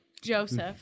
Joseph